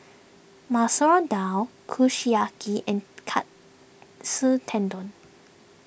Masoor Dal Kushiyaki and Katsu Tendon